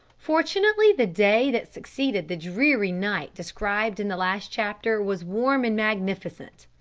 fortunately the day that succeeded the dreary night described in the last chapter was warm and magnificent.